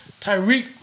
Tyreek